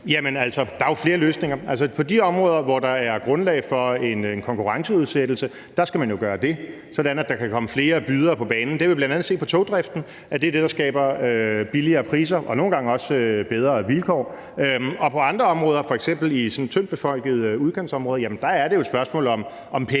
der er flere løsninger. På de områder, hvor der er grundlag for en konkurrenceudsættelse, skal man gøre det, sådan at der kan komme flere bydere på banen. Det har vi bl.a. set i forhold til togdriften, altså at det er det, der skaber billigere priser og nogle gange også bedre vilkår. Og på andre områder, f.eks. i sådan tyndtbefolkede udkantsområder, er det et spørgsmål om penge,